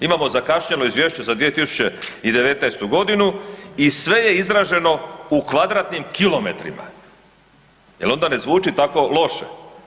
Imamo zakašnjelo Izvješće za 2019. godinu i sve je izraženo u kvadratnim kilometrima, jer onda ne zvuči tako loše.